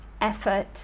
effort